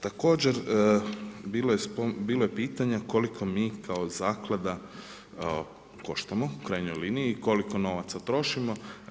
Također bilo je pitanja koliko mi kao Zaklada koštamo, u krajnjoj liniji i koliko novaca trošimo.